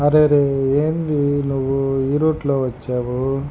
అరెరే ఏంటీ నువ్వు ఈ రూట్లో వచ్చావు